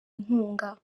inkunga